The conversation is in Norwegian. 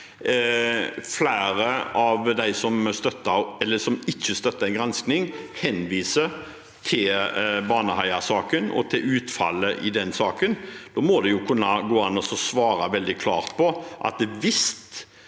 Flere av dem som ikke støtter en gransking, henviser til Baneheia-saken og til utfallet i den saken. Da må det jo kunne gå an å svare veldig klart på følgende: Hvis